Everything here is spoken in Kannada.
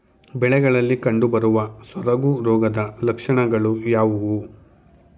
ಬೆಳೆಗಳಲ್ಲಿ ಕಂಡುಬರುವ ಸೊರಗು ರೋಗದ ಲಕ್ಷಣಗಳು ಯಾವುವು?